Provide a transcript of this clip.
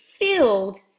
filled